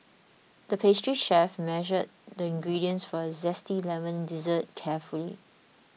the pastry chef measured the ingredients for a Zesty Lemon Dessert carefully